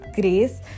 grace